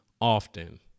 often